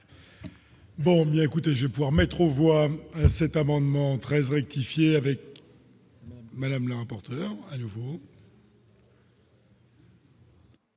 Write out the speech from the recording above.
Bon bien écoutez, je vais pouvoir mettre aux voix cet amendement 13 rectifier avec. Madame l'emporteront à nouveau.